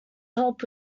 help